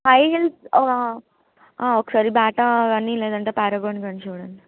high heels ఒకసారి Bata కానీ లేదంటే ప్యారగాన్ కానీ చూడండి